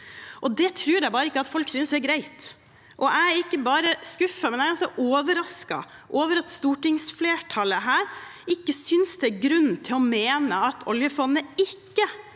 Det tror jeg bare ikke at folk synes er greit. Jeg er ikke bare skuffet, jeg er også overrasket over at stortingsflertallet her ikke synes det er grunn til å mene at oljefondet ikke